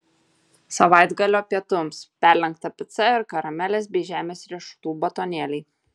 savaitgalio pietums perlenkta pica ir karamelės bei žemės riešutų batonėliai